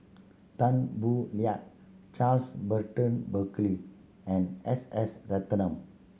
Tan Boo Liat Charles Burton Buckley and S S Ratnam